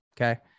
Okay